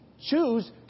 choose